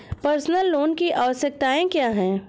Personal loan की आवश्यकताएं क्या हैं?